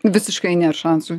visiškai nėr šansų